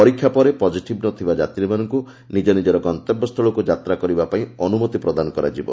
ପରୀକ୍ଷା ପରେ ପଜିଟିଭ୍ ନଥିବା ଯାତ୍ରୀମାନଙ୍କୁ ନିଜ୍ଞ ନିଜର ଗନ୍ତବ୍ୟସ୍ଥଳକୁ ଯାତ୍ରା କରିବା ପାଇଁ ଅନୁମତି ପ୍ରଦାନ କରାଯିବ